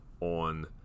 on